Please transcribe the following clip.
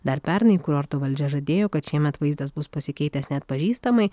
dar pernai kurorto valdžia žadėjo kad šiemet vaizdas bus pasikeitęs neatpažįstamai